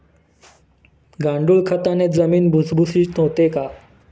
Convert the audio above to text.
गांडूळ खताने जमीन भुसभुशीत होते का?